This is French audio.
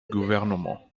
gouvernement